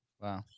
Wow